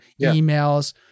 emails